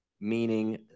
meaning